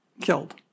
killed